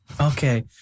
Okay